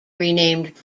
renamed